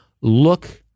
look